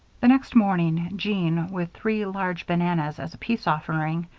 the next morning, jean, with three large bananas as a peace offering,